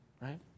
right